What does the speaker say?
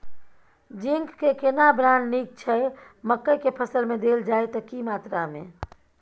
Zinc के केना brand नीक छैय मकई के फसल में देल जाए त की मात्रा में?